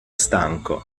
stanco